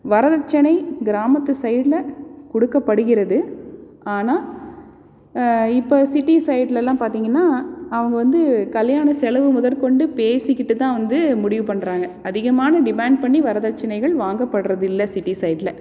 வரதட்சணை கிராமத்து சைடில் கொடுக்கப்படுகிறது ஆனால் இப்போ சிட்டி சைடுலெல்லாம் பார்த்திங்கன்னா அவங்க வந்து கல்யாண செலவு முதல் கொண்டு பேசிக்கிட்டு தான் வந்து முடிவு பண்றாங்க அதிகமான டிமேண்ட் பண்ணி வரதட்சணைகள் வாங்கப்படுறது இல்லை சிட்டி சைடில்